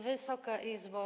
Wysoka Izbo!